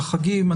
לחגים.